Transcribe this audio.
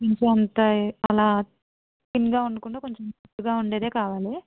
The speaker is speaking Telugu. ఇంక్ అంత అలా థిన్గా ఉండకుండా కొంచెం థిక్గా ఉండేది కావాలి